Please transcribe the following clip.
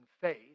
faith